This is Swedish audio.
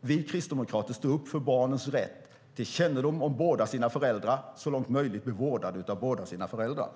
Vi kristdemokrater står upp för barnens rätt till kännedom om båda sina föräldrar och att så långt möjligt bli vårdade av båda sina föräldrar.